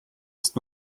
ist